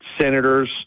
senators